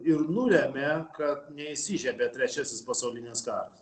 ir nulėmė kad neįsižiebė trečiasis pasaulinis karas